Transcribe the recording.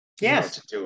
Yes